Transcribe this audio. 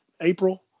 April